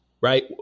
Right